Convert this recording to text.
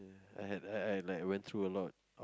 I had I had like went through a lot